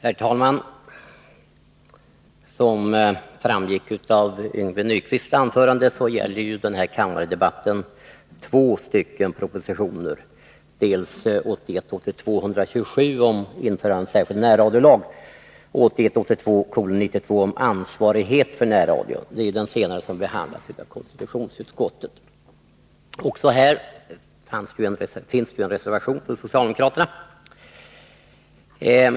Herr talman! Som framgick av Yngve Nyquists anförande gäller den här kammardebatten två propositioner, dels 1981 82:92 om ansvarighet för närradion. Det är den senare propositionen som behandlas av konstitutionsutskottet. Också här finns det en reservation från socialdemokraterna.